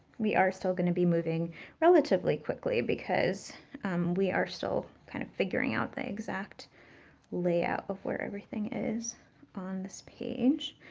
we are still going to be moving relatively quickly, because we are still kind of figuring out the exact layout of where everything is on this page.